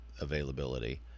availability